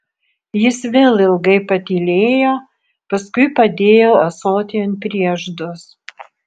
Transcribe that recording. jis vėl ilgai patylėjo paskui padėjo ąsotį ant prieždos